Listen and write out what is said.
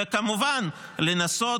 וכמובן לנסות,